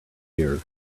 here